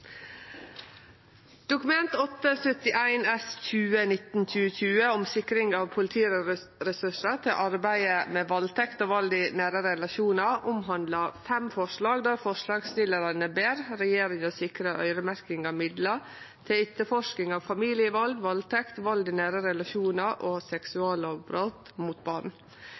Dokument 8:71 S for 2019–2020 om sikring av politiressursar til arbeidet med valdtekt og vald i nære relasjonar omhandlar fem forslag, der forslagsstillarane ber regjeringa sikre øyremerking av midlar til etterforsking av familievald, valdtekt, vald i nære relasjonar og seksuallovbrot mot barn